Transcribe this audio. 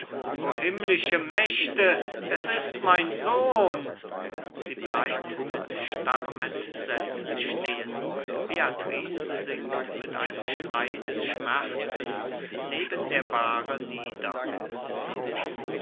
himmlische mächte es ist mein sohn sie bleibt mit starrem entsetzen stehen beatrice sinkt mit einem schrei des schmerzens neben der bahre nieder chor